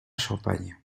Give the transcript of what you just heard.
champagne